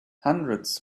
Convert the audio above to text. hundreds